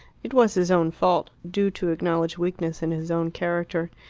it was his own fault, due to acknowledged weakness in his own character.